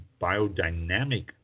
biodynamic